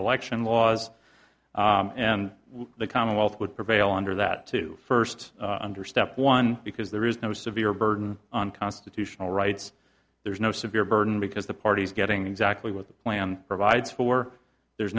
election laws and the commonwealth would prevail under that two first under staffed one because there is no severe burden on constitutional rights there's no severe burden because the parties getting exactly what the plan provides for there's